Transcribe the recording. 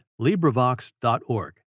librivox.org